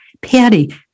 Patty